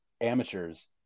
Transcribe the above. amateurs